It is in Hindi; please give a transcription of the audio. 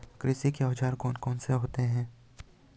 कृषि के औजार कौन कौन से होते हैं?